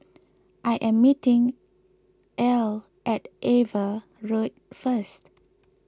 I am meeting Al at Ava Road first